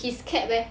his CAP eh